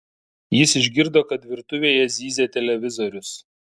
jis išgirdo kad virtuvėje zyzia televizorius